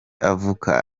avuka